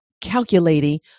calculating